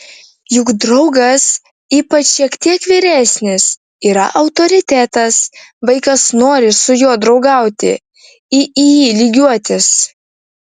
juk draugas ypač šiek tiek vyresnis yra autoritetas vaikas nori su juo draugauti į jį lygiuotis